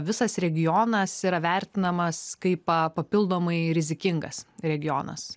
visas regionas yra vertinamas kaip papildomai rizikingas regionas